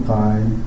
time